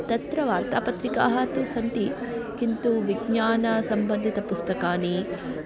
तत्र वार्तापत्रिकाः तु सन्ति किन्तु विज्ञानसम्बन्धित पुस्तकानि